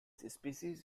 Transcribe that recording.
species